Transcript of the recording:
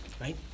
right